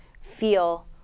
feel